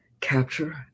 capture